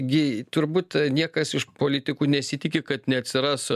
gi turbūt niekas iš politikų nesitiki kad neatsiras